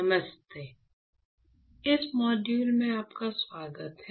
नमस्ते इस मॉड्यूल में आपका स्वागत है